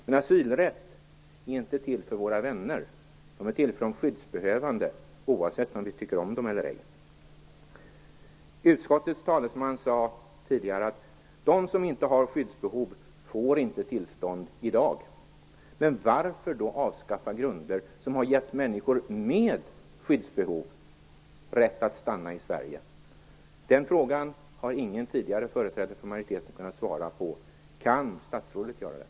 Men asylrätt är inte till för våra vänner utan för de skyddsbehövande, oavsett om vi tycker om dem eller ej. Utskottets talesman sade tidigare att de som inte har skyddsbehov inte får tillstånd i dag. Men varför då avskaffa grunder som har gett människor med skyddsbehov rätt att stanna i Sverige? Den frågan har ingen tidigare företrädare för majoriteten kunnat svara på. Kan statsrådet göra det?